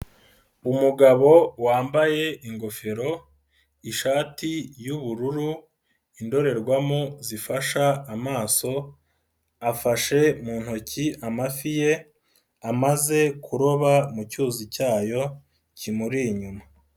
Umugabo wambaye: ingofero, ishati y'ubururu, indorerwamo zifasha amaso, afashe mu ntoki amafi ye, amaze kuroba mu cyuzi cyayo kimuri inyuma.